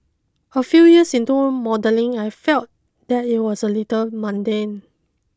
a few years into modelling I felt that it was a little mundane